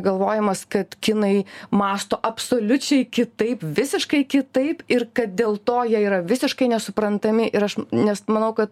galvojimas kad kinai mąsto absoliučiai kitaip visiškai kitaip ir kad dėl to jie yra visiškai nesuprantami ir aš nes manau kad